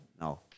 no